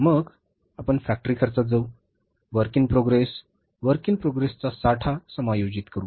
मग आपण फॅक्टरी खर्चात जाऊ work in progress work in प्रोग्रेसचा साठा समायोजित करू